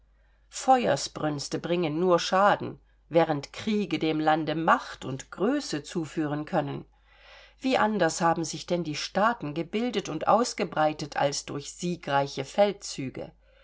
feuersbrünste bringen nur schaden während kriege dem lande macht und größe zuführen können wie anders haben sich denn die staaten gebildet und ausgebreitet als durch siegreiche feldzüge